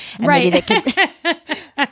Right